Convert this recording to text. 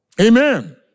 Amen